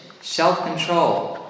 self-control